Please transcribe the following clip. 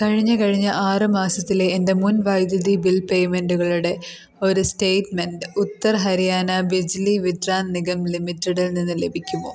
കഴിഞ്ഞ കഴിഞ്ഞ ആറ് മാസത്തിലെ എൻ്റെ മുൻ വൈദ്യുതി ബിൽ പേയ്മെൻ്റുകളുടെ ഒരു സ്റ്റേറ്റ്മെൻ്റ് ഉത്തർ ഹരിയാന ബിജ്ലി വിത്രാൻ നിഗം ലിമിറ്റഡ്ൽനിന്ന് ലഭിക്കുമോ